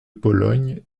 pologne